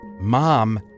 Mom